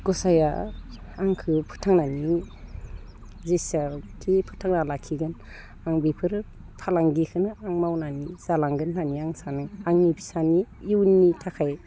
गसाया आंखो फोथांनानै जिसांखि फोथांना लाखिगोन आं बेफोरो फालांगिखोनो आं मावनानि जालांगोन होननानै आं सानो आंनि फिसानि इयुननि थाखाय